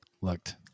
looked